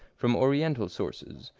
from oriental sources,